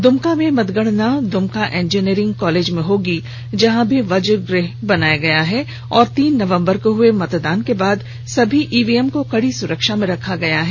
द्मका में मतगणना Dumka engineering college में होगी जहां अभी वजगृह बनाया गया है और तीन नवंबर को हुए मतदान के बाद सभी इवीएम को कडी सुरक्षा में रखा गया है